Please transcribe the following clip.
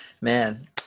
man